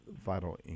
Vital